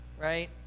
Right